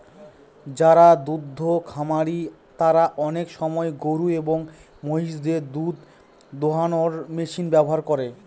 যারা দুদ্ধ খামারি তারা আনেক সময় গরু এবং মহিষদের দুধ দোহানোর মেশিন ব্যবহার করে